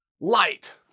light